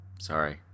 Sorry